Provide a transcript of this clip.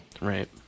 Right